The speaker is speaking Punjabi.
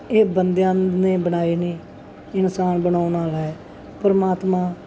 ਇਹ ਬੰਦਿਆਂ ਨੇ ਬਣਾਏ ਨੇ ਇਨਸਾਨ ਬਣਾਉਣ ਵਾਲਾ ਹੈ ਪਰਮਾਤਮਾ